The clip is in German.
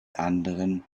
anderen